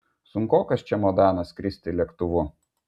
sunkokas čemodanas skristi lėktuvu